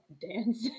dancing